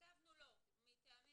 כתבנו שלא מטעמים